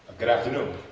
good afternoon.